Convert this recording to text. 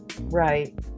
Right